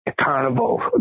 carnival